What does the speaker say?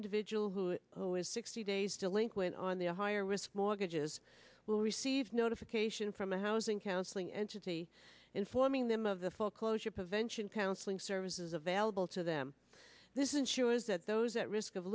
individual who is sixty days delinquent on the higher risk mortgages will receive notification from a housing counseling entity informing them of the full closure prevention counseling services available to them this ensures that those at risk of